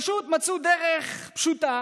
פשוט מצאו דרך פשוטה